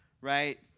right